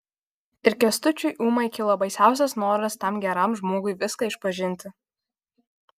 ir kęstučiui ūmai kilo baisiausias noras tam geram žmogui viską išpažinti